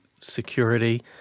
security